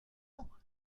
mais